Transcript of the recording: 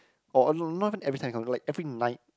oh no not every time he comes like every night